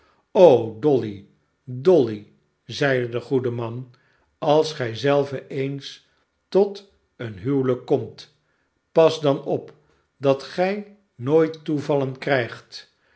dolly dolly zeide de goede man als gij zelve eens tot een huwelijk komt pas dan op dat gij nooit toevallen krijgt